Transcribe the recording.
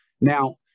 Now